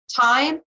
time